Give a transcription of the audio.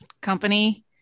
company